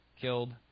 killed